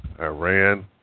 Iran